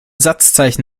satzzeichen